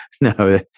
no